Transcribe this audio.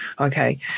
Okay